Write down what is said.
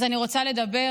אז אני רוצה לדבר